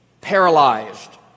paralyzed